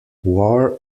war